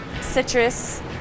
Citrus